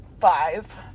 five